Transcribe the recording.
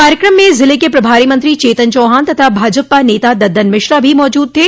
कार्यक्रम में जिले के प्रभारी मंत्री चेतन चौहान तथा भाजपा नेता दद्दन मिश्रा भी मौजूद थे